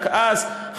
רק אז,